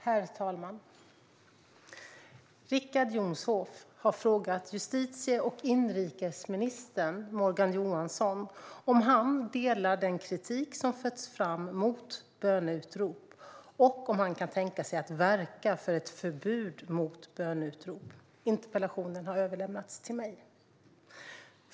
Herr talman! Richard Jomshof har frågat justitie och inrikesminister Morgan Johansson om han delar den kritik som förts fram mot böneutrop och om han kan tänka sig att verka för ett förbud mot böneutrop. Interpellationen har överlämnats till mig.